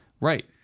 right